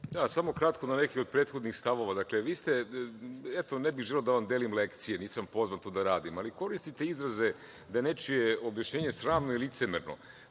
Samo kratko na neke od prethodnih stavova. Dakle, ne bih želeo da vam delim lekcije, nisam pozvan to da radim, ali koristiti izraze da je nečije objašnjenje sramno i licemerno,